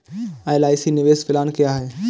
LIC निवेश plan क्या है?